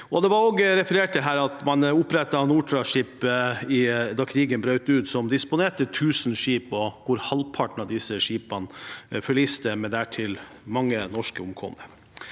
Det ble også referert til at man opprettet Nortraship da krigen brøt ut, som disponerte 1 000 skip. Halvparten av disse skipene forliste, med dertil mange norske omkomne.